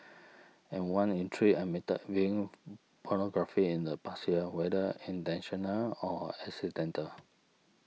and one in three admitted viewing pornography in the past year whether intentional or accidental